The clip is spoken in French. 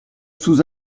sous